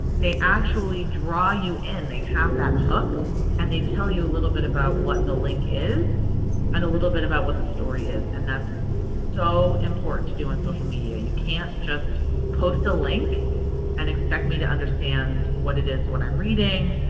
they actually draw you in. they have that hook and they tell you a little bit about what the link is and a little bit about what the story is and that so important to do in social media. you can't just post a link and expect me to understand what it is, what i'm reading.